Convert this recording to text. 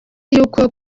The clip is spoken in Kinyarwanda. yuko